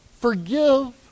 forgive